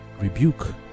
rebuke